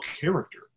character